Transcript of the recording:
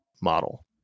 model